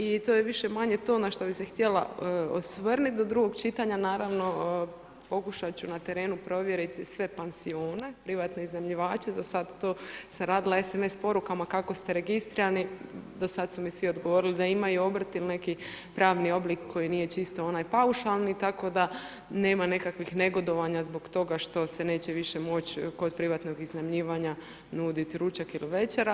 I to je više-manje to na što bi se htjela osvrnuti do drugog čitanja, naravno, pokušati ću na terenu provjeriti sve pansione, privatne iznajmljivače, za sada to se radila SMS porukama kako ste registrirani, do sada ste mi svi odgovorili da imaju obrt i neki pravni oblik koji nije čisto onaj paušalni, tako da nema nekakvih negodovanja zbog toga što se neće više moći kod privatnog iznajmljivanja nuditi ručak ili večera.